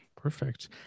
Perfect